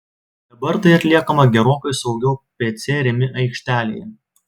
dabar tai atliekama gerokai saugiau pc rimi aikštelėje